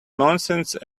nonsense